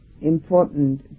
important